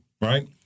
right